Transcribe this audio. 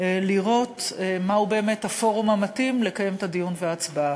לראות מהו באמת הפורום המתאים לקיים את הדיון ואת ההצבעה,